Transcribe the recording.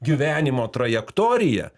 gyvenimo trajektorija